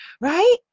right